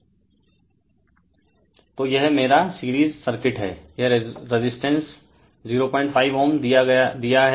Refer Slide Time 0515 तो यह मेरा सीरीज सर्किट है यह रेजिस्टेंस 05Ω दिया है